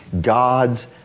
God's